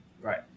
Right